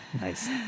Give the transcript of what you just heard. Nice